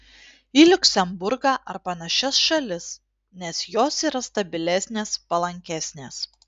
į liuksemburgą ar panašias šalis nes jos yra stabilesnės palankesnės